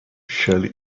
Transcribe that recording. shelly